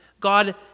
God